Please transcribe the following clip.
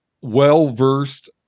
well-versed